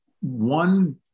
one